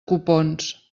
copons